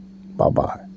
Bye-bye